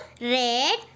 Red